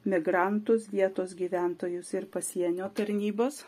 migrantus vietos gyventojus ir pasienio tarnybos